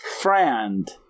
friend